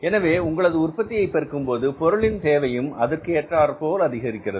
எனவே உங்களது உற்பத்தியை பெருக்கும் போது பொருளின் தேவையும் அதற்கு ஏற்றார்போல் அதிகரிக்கிறது